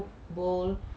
bowl